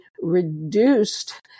reduced